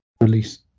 release